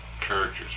characters